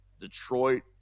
Detroit